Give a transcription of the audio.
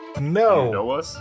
No